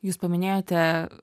jūs paminėjote